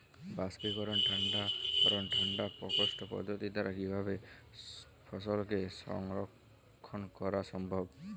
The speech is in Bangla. বাষ্পীকরন ঠান্ডা করণ ঠান্ডা প্রকোষ্ঠ পদ্ধতির দ্বারা কিভাবে ফসলকে সংরক্ষণ করা সম্ভব?